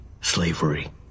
slavery